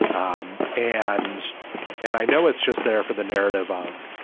um and and i know it's just there for the narrative of,